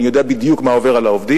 ואני יודע בדיוק מה עובר על העובדים,